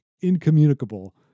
Incommunicable